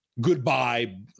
goodbye